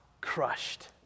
crushed